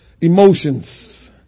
Emotions